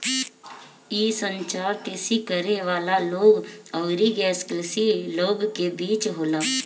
इ संचार कृषि करे वाला लोग अउरी गैर कृषि लोग के बीच होला